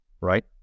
right